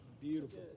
Beautiful